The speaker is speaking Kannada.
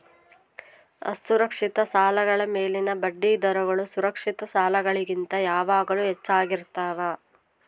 ಅಸುರಕ್ಷಿತ ಸಾಲಗಳ ಮೇಲಿನ ಬಡ್ಡಿದರಗಳು ಸುರಕ್ಷಿತ ಸಾಲಗಳಿಗಿಂತ ಯಾವಾಗಲೂ ಹೆಚ್ಚಾಗಿರ್ತವ